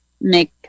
make